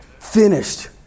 Finished